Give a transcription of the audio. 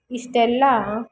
ಇಷ್ಟೆಲ್ಲ